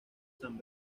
san